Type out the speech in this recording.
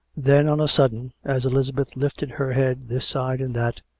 then on a sudden, as elizabeth lifted her head this side and that,